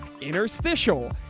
interstitial